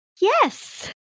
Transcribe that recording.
yes